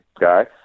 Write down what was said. guy